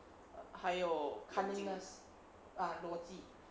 err 还有 cunningness ah 逻辑